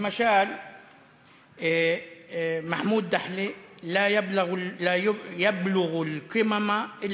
למשל (אומר דברים בשפה הערבית, להלן תרגומם: